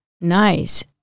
Nice